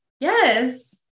yes